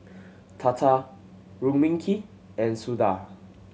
Tata Rukmini and Suda